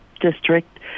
District